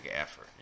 effort